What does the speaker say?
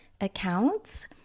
accounts